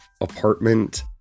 apartment